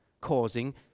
causing